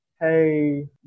hey